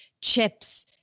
chips